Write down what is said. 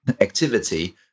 activity